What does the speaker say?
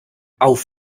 auf